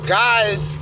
guys